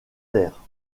terre